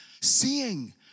seeing